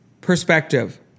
perspective